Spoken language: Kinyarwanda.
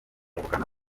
ubukana